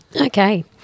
okay